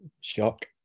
Shock